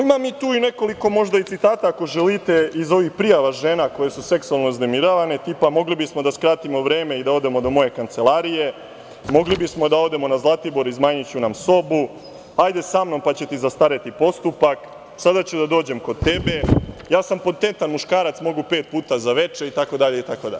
Imam tu i nekoliko citata, ako želite, iz ovih prijava žena koje su seksualno uznemiravane, tipa – mogli bismo da skratimo vreme i da odemo do moje kancelarije, mogli bismo da odemo na Zlatibor, iznajmiću nam sobu, hajde sa mnom pa će ti zastareti postupak, sada ću da dođem kod tebe, ja sam potentan muškarac, mogu pet puta za veče, itd, itd.